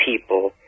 people